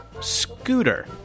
Scooter